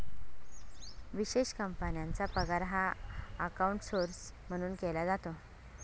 विशेष कंपन्यांचा पगार हा आऊटसौर्स म्हणून केला जातो